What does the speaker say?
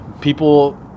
people